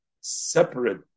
separate